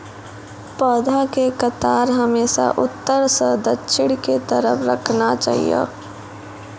पौधा के कतार हमेशा उत्तर सं दक्षिण के तरफ राखना चाहियो